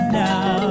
now